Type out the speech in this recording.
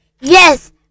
Yes